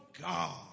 God